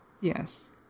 Yes